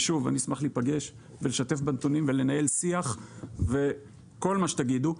ושוב אני אשמח להיפגש ולשתף בנתונים ולנהל שיח וכל מה שתגידו,